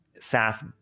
SaaS